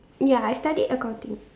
ya I studied accounting